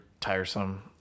tiresome